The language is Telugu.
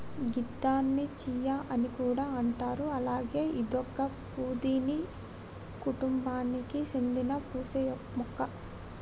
గిదాన్ని చియా అని కూడా అంటారు అలాగే ఇదొక పూదీన కుటుంబానికి సేందిన పూసే మొక్క